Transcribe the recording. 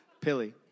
Pilly